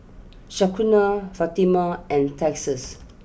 Shaquana Fatima and Texas